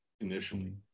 initially